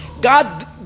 God